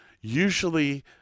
usually